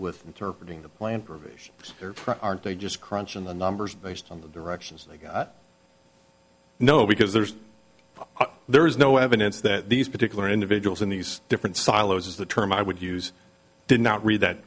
provisions aren't they just crunching the numbers based on the directions they know because there's there is no evidence that these particular individuals in these different silos as the term i would use did not read that